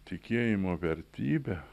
tikėjimo vertybė